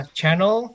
channel